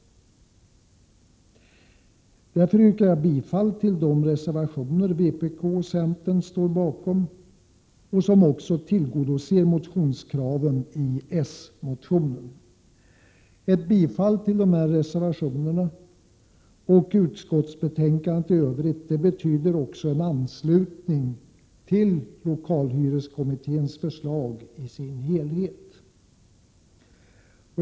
Jag yrkar bifall till de reservationer vpk och centern står bakom och som tillgodoser kraven i s-motionen. Ett bifall till dessa reservationer och till utskottets hemställan i övrigt betyder en anslutning till lokalhyreskommitténs förslag i dess helhet.